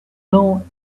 know